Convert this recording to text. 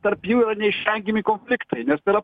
tarp jų yra neišvengiami konfliktai nes tai yra